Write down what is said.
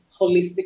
holistic